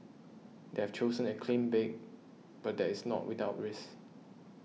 they have chosen a clean break but that is not without risk